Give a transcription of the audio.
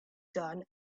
done